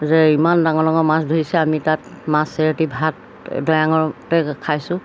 যে ইমান ডাঙৰ ডাঙৰ মাছ ধৰিছে আমি তাত মাছ চেৰাতি ভাত দৈয়াঙতে খাইছোঁ